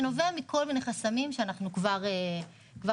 שנובע מכל מיני חסמים שאנחנו כבר נציג,